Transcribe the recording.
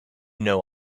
know